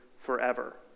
forever